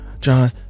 john